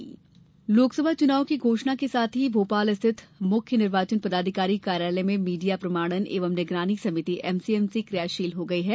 एमसीएमसीकक्ष लोकसभा चुनाव की घोषणा के साथ ही भोपाल स्थित मुख्य निर्वाचन पदाधिकारी कार्यालय में मीडिया प्रमाणन एवं निगरानी समिति एमसीएमसी क्रियाशील हो गई है